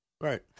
Right